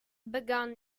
begun